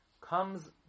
Comes